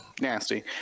nasty